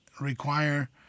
require